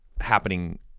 happening